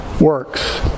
Works